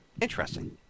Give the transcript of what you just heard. Interesting